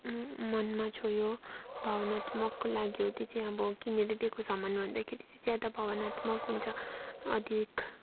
मनमा छोयो भावनात्मक लाग्यो त्यो चाहिँ अब किनेर दिएको सामान भन्दाखेरि चाहिँ ज्यादा भावनात्मक हुन्छ अधिक